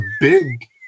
big